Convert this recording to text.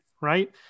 right